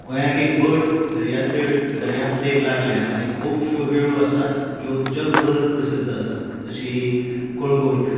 गोंयाक एक व्हड दर्यादेग लाभल्या आनी खूबश्यो वेळो आसात ज्यो जगभर प्रसिध्द आसात जशी कलंगूट